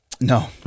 No